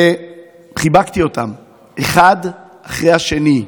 חיבקתי אותם אחד אחרי השני.